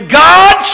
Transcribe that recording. god